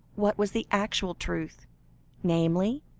what was the actual truth namely,